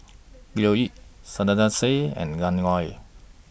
Leo Yip Sarkasi Said and Lan Loy